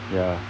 ya